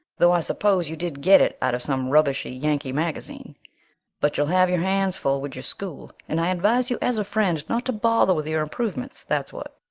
though i suppose you did get it out of some rubbishy yankee magazine but you'll have your hands full with your school and i advise you as a friend not to bother with your improvements, that's what.